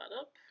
up